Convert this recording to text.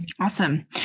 Awesome